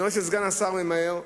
אני רואה שסגן השר ממהר,